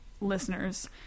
listeners